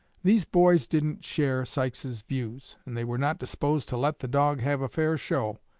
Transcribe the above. these boys didn't share sykes's views, and they were not disposed to let the dog have a fair show.